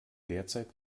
derzeit